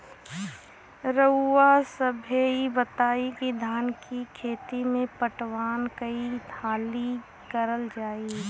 रउवा सभे इ बताईं की धान के खेती में पटवान कई हाली करल जाई?